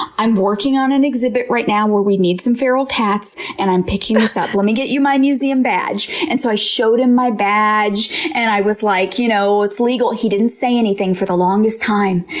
i'm working on an exhibit right now where we need some feral cats and i'm picking this up. let me get you my museum badge. and so i showed him my badge and i was like, you know, it's legal, and he didn't say anything for the longest time.